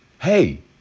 hey